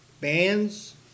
Bands